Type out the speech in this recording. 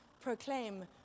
proclaim